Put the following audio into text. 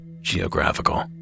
geographical